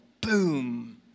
boom